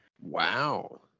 Wow